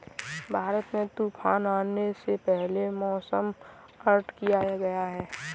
भारत में तूफान आने से पहले मौसम अलर्ट किया गया है